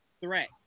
threat